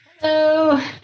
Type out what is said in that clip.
Hello